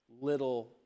little